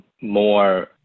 more